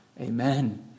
Amen